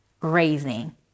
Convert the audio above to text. raising